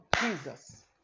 jesus